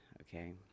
okay